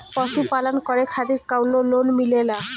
पशु पालन करे खातिर काउनो लोन मिलेला?